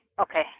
Okay